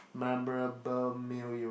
memorable meal you